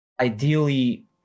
ideally